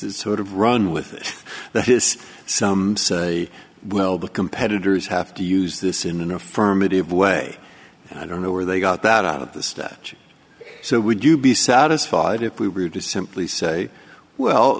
that sort of run with that is some say well the competitors have to use this in an affirmative way and i don't know where they got that out of the statute so would you be satisfied if we were to simply say well